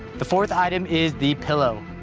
the fourth item is the pillow.